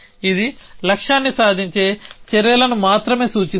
ఇది లక్ష్యాన్ని సాధించే చర్యలను మాత్రమే చూస్తోంది